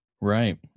Right